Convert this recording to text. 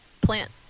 plant